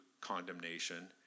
condemnation